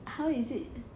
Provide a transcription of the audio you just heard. how is it